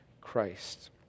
Christ